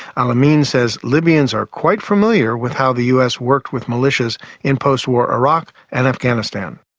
alamin says libyans are quite familiar with how the us worked with militias in post-war iraq and afghanistan.